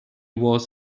was